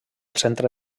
centre